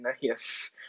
yes